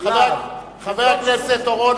חבר הכנסת אורון,